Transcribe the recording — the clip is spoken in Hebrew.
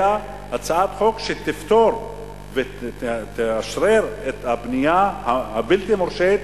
אלא הצעת חוק שתפתור ותאשרר את הבנייה הבלתי-מורשית,